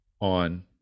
on